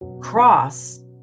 cross